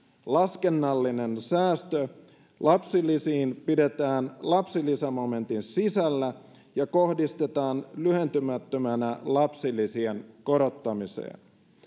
laskennallinen säästö lapsilisiin pidetään lapsilisämomentin sisällä ja kohdistetaan lyhentymättömänä lapsilisien korottamiseen